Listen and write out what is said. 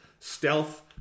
stealth